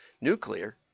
Nuclear